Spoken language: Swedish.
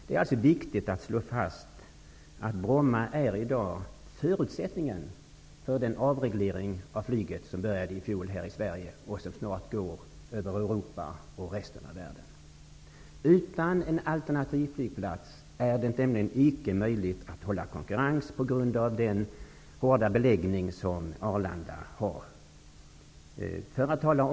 Det är viktigt att slå fast att Bromma i dag är förutsättningen för den avreglering av flyget som började i fjol här i Sverige och som snart pågår över Europa och resten av världen. Utan en alternativflygplats är det nämligen icke möjligt att hålla konkurrens, på grund av den kraftiga beläggning som Arlanda har.